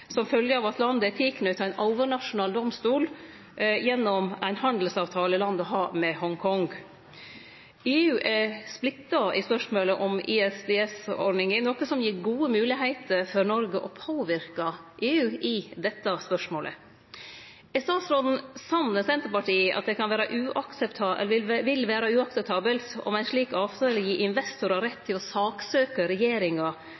som følgje av at landet er tilknytt ein overnasjonal domstol gjennom ein handelsavtale landet har med Hongkong. EU er splitta i spørsmålet om ISDS-ordninga, noko som gir gode moglegheiter for Noreg til å påverke EU i dette spørsmålet. Er statsråden samd med Senterpartiet i at det vil vere uakseptabelt om ein slik avtale gir investorar rett til å saksøkje regjeringa